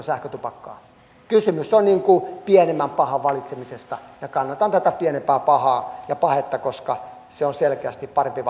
sähkötupakkaa kysymys on pienemmän pahan valitsemisesta ja kannatan tätä pienempää pahaa ja pahetta koska se on selkeästi parempi